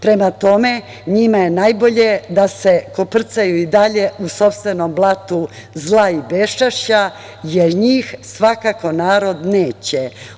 Prema tome, njima je najbolje da se koprcaju i dalje u sopstvenom blatu zla i beščašća, jer njih svakako narod neće.